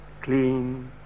clean